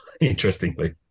interestingly